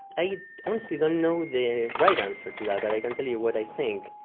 i honestly don't know the right answer to that but i can tell you what i think.